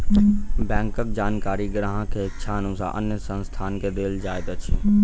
बैंकक जानकारी ग्राहक के इच्छा अनुसार अन्य संस्थान के देल जाइत अछि